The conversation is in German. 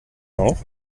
auch